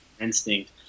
instinct